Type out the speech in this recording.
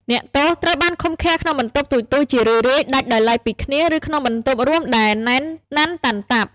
អ្នកទោសត្រូវបានឃុំឃាំងក្នុងបន្ទប់តូចៗ ជារឿយៗដាច់ដោយឡែកពីគ្នា ឬក្នុងបន្ទប់រួមដែលណែនណាន់តាន់តាប់។